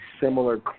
similar